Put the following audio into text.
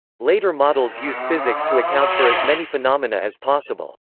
later models use physics to account for as many phenomena as possible.